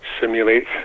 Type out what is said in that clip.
simulate